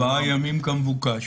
ארבעה ימים כמבוקש.